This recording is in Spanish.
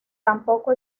tampoco